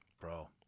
Bro